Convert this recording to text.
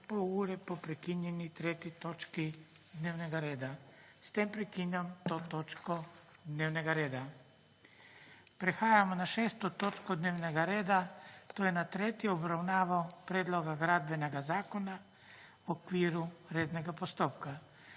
reda – s tretjo obravnavo predloga Gradbenega zakona, v okviru rednega postopka.**